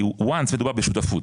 כי וואנס מדובר בשותפות,